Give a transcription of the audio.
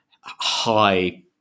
high